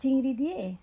চিংড়ি দিয়ে